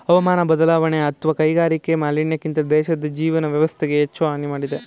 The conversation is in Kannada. ಹವಾಮಾನ ಬದಲಾವಣೆ ಅತ್ವ ಕೈಗಾರಿಕಾ ಮಾಲಿನ್ಯಕ್ಕಿಂತ ದೇಶದ್ ಜೀವನ ವ್ಯವಸ್ಥೆಗೆ ಹೆಚ್ಚು ಹಾನಿ ಮಾಡಿದೆ